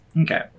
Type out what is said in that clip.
Okay